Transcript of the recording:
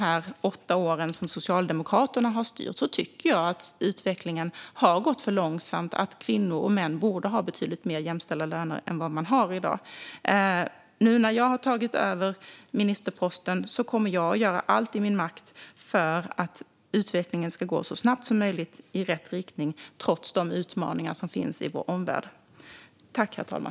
Under de åtta år som Socialdemokraterna styrde tyckte jag att utvecklingen gick för långsamt. Kvinnor och män borde ha betydligt mer jämställda löner än vad man har i dag. Nu när jag har tagit över ministerposten kommer jag att göra allt i min makt för att utvecklingen ska gå så snabbt som möjligt i rätt riktning, trots de utmaningar som finns i omvärlden.